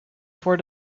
voor